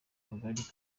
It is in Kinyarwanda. kagari